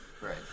Right